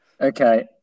Okay